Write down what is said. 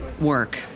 work